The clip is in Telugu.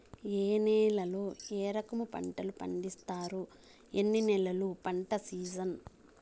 ఏ నేలల్లో ఏ రకము పంటలు పండిస్తారు, ఎన్ని నెలలు పంట సిజన్?